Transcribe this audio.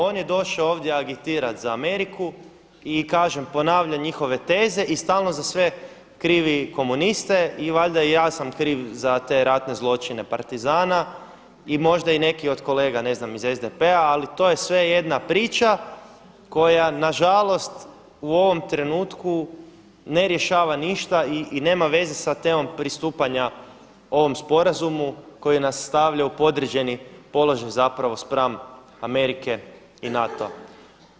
On je došao ovdje agitirati za Ameriku i kažem, ponavlja njihove teze i stalno za sve krivi komuniste i valjda i ja sam kriv za te ratne zločine partizana i možda i neki od kolega ne znam iz SDP-a, ali to je sve jedna priča koja nažalost u ovom trenutku ne rješava ništa i nema veze sa temom pristupanja ovom sporazumu koji nas stavlja u podređeni položaj zapravo spram Amerike i NATO-a.